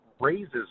raises